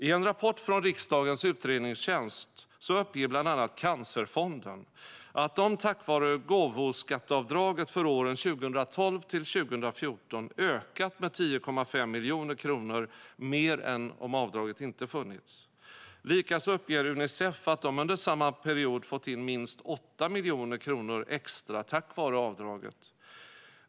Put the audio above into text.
I en rapport från riksdagens utredningstjänst uppger bland annat Cancerfonden att de tack vare gåvoskatteavdraget fått in 10,5 miljoner kronor mer under åren 2012-2014 än om avdraget inte funnits. Likaså uppger Unicef att de under samma period fått in minst 8 miljoner kronor extra tack vare avdraget.